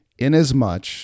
Inasmuch